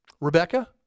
Rebecca